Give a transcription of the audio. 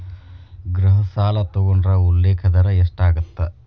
ಗೃಹ ಸಾಲ ತೊಗೊಂಡ್ರ ಉಲ್ಲೇಖ ದರ ಎಷ್ಟಾಗತ್ತ